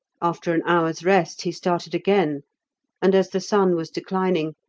after an hour's rest, he started again and, as the sun was declining,